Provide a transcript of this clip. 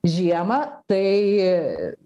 žiemą tai